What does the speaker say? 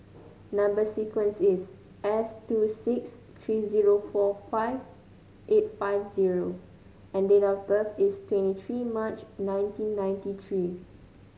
number sequence is S two six three zero four five eight five zero and date of birth is twenty three March nineteen ninety three